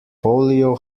polio